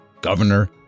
Governor